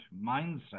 mindset